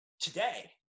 today